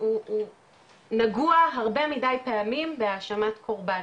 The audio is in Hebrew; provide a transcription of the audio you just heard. הוא נגוע הרבה מדי פעמים בהאשמת קורבן